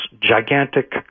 gigantic